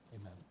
Amen